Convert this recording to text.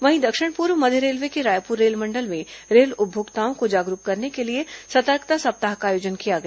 वहीं दक्षिण पूर्व मध्य रेलवे के रायपुर रेलमंडल में रेल उपभोक्ताओं को जागरूक करने सतर्कता सप्ताह का आयोजन किया गया